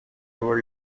were